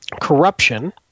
corruption